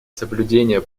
соблюдение